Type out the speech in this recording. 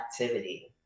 activity